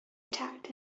attacked